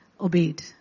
obeyed